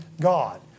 God